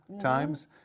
times